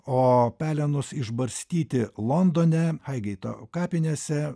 o pelenus išbarstyti londone aigeito kapinėse